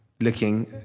looking